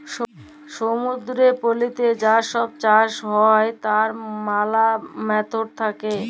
সমুদ্দুরের পলিতে যা ছব চাষ হ্যয় তার ম্যালা ম্যাথড থ্যাকে